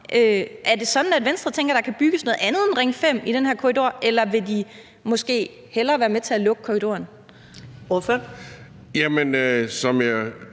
Er det sådan, at Venstre tænker, at der kan bygges noget andet end Ring 5 i den her korridor, eller vil man måske hellere være med til at lukke korridoren? Kl. 13:17 Første